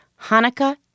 Hanukkah